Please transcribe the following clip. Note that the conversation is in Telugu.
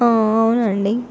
అవునండి